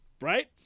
Right